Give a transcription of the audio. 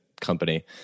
company